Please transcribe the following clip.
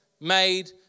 made